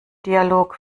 dialog